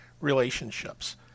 relationships